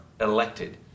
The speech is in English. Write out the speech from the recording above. elected